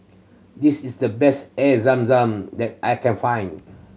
this is the best Air Zam Zam that I can find